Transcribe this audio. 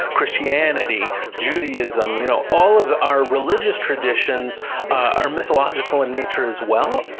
christianity, judaism, you know, all of our religious traditions are mythological in nature as well.